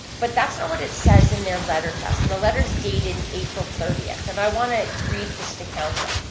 but that's not what it says in their letter to us, and the letter's dated april thirtieth, and i want to read this to council.